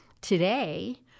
Today